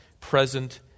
present